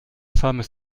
femmes